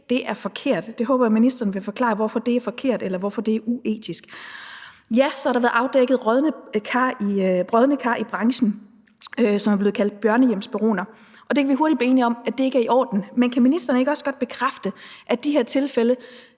se er forkert, og jeg håber, ministeren vil klargøre, hvorfor det er forkert, eller hvorfor det er uetisk. Og ja, så er der blevet afdækket nogle brodne kar i branchen, som er blevet kaldt børnehjemsbaroner, og det kan vi hurtigt blive enige om ikke er i orden, men kan ministeren ikke også godt bekræfte, at i de her tilfælde